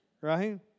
Right